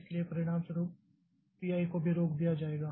इसलिए परिणामस्वरूप P i को भी रोक दिया जाएगा